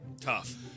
Tough